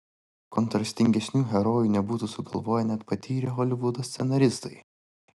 kontrastingesnių herojų nebūtų sugalvoję net patyrę holivudo scenaristai